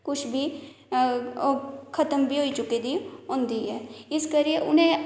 कुछ बी खत्म बी होई चुकी दी होंदी ऐ इस करियै उनें